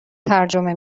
ترجمه